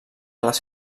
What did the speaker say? les